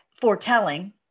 foretelling